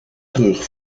terug